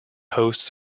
hosts